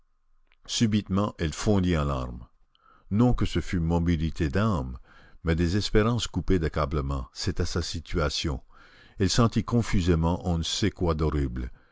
subitement elle fondit en larmes non que ce fût mobilité d'âme mais des espérances coupées d'accablement c'était sa situation elle sentit confusément on ne sait quoi d'horrible